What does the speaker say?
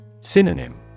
Synonym